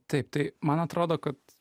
taip tai man atrodo kad